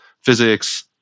physics